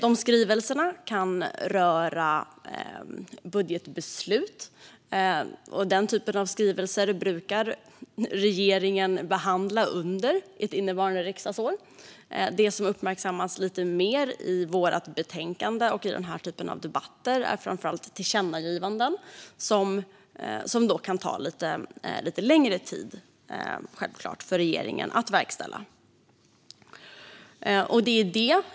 Dessa skrivelser kan röra budgetbeslut, och denna typ av skrivelser brukar regeringen behandla under det innevarande riksdagsåret. Det som uppmärksammas lite mer i vårt betänkande och i denna debatt är framför allt tillkännagivanden, som givetvis kan ta lite längre tid för regeringen att verkställa.